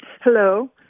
Hello